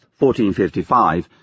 1455